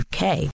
UK